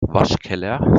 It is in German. waschkeller